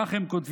כך הם כותבים: